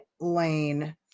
lane